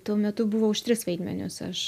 tuo metu buvo už tris vaidmenius aš